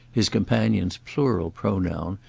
his companion's plural pronoun,